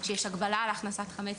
שיש הגבלה על הכנסת חמץ.